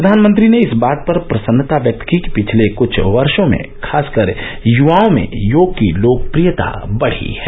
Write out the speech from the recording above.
प्रधानमंत्री ने इस बात पर प्रसन्नता व्यक्त की कि पिछले कुछ वर्षो में खासकर युवाओं में योग की लोकप्रियता बढ़ी है